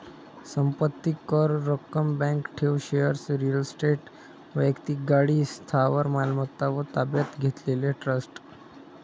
संपत्ती कर, रक्कम, बँक ठेव, शेअर्स, रिअल इस्टेट, वैक्तिक गाडी, स्थावर मालमत्ता व ताब्यात घेतलेले ट्रस्ट